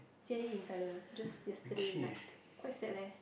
C_N_A insider just yesterday night quite sad leh